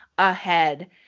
ahead